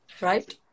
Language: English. right